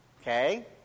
Okay